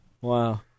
Wow